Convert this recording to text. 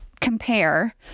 compare